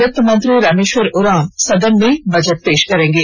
वित मंत्री रामेश्वर उरांव सदन में बजट पेश करेंगे